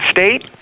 State